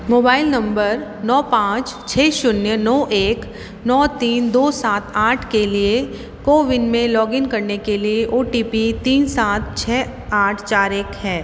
mobile number नौ पाँच छह शून्य नौ एक नौ तीन दो सात आठ के लिए कोविन में लॉगइन करने के लिए ओ टी पी तीन सात छह आठ चार एक है